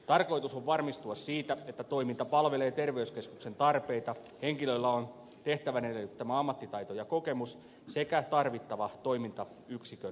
tarkoitus on varmistua siitä että toiminta palvelee terveyskeskuksen tarpeita henkilöillä on tehtävän edellyttämä ammattitaito ja kokemus sekä tarvittava toimintayksikön tuki